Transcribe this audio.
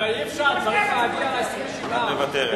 מוותרת.